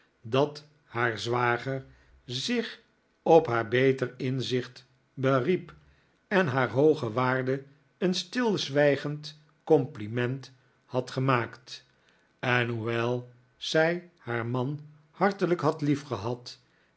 dat haar zwager zich op haar beter inzicht beriep en haar hooge waarde een stilzwijgend compliment had de turkenkop gemaakt en hoewel zij haar man hartelijk had